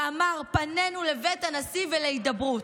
אמר: פנינו לבית הנשיא ולהידברות.